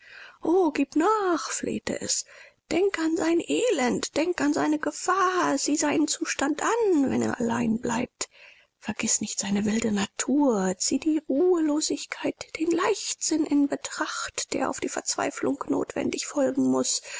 o gieb nach flehte es denk an sein elend denk an seine gefahr sieh seinen zustand an wenn er allein bleibt vergiß nicht seine wilde natur zieh die ruhelosigkeit den leichtsinn in betracht der auf die verzweiflung notwendig folgen muß